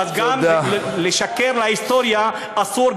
אז גם לשקר בנוגע להיסטוריה אסור,